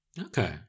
Okay